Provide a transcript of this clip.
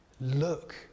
look